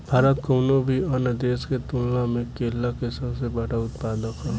भारत कउनों भी अन्य देश के तुलना में केला के सबसे बड़ उत्पादक ह